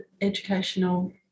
educational